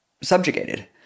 subjugated